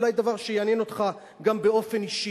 אולי דבר שיעניין אותך גם באופן אישי.